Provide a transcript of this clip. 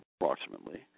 approximately